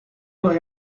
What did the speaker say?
los